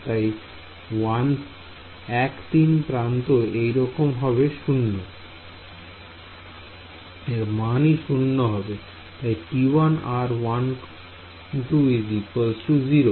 তাই 1 3 প্রান্তে এরমান হবে 0